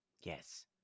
yes